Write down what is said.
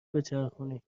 بچرخونید